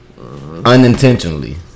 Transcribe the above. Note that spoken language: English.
Unintentionally